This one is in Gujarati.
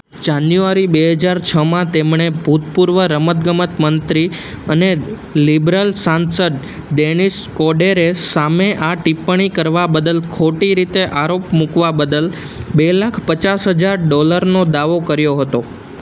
જાન્યુઆરી બે હજાર છમાં તેમણે ભૂતપૂર્વ રમત ગમત મંત્રી અને લિબરલ સાંસદ ડેનિસ કોડેરે સામે આ ટિપ્પણી કરવા બદલ ખોટી રીતે આરોપ મૂકવા બદલ બે લાખ પચાસ હજાર ડોલરનો દાવો કર્યો હતો